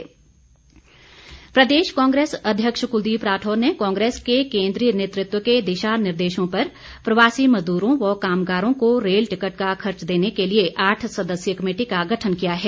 राठौर प्रदेश कांग्रेस अध्यक्ष क्लदीप राठौर ने कांग्रेस के केन्द्रीय नेतृत्व के दिशा निर्देशों पर प्रवासी मजदूरों व कामगारों को रेल टिकट का खर्च देने के लिए आठ सदस्यीय कमेटी का गठन किया है